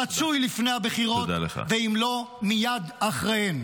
רצוי לפני הבחירות, ואם לא, מייד אחריהן.